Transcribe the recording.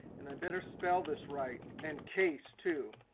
better spell this right, and case too.